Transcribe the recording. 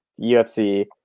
UFC